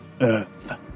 earth